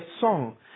song